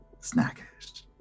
snackish